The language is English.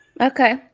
okay